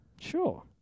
Sure